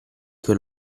che